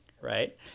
right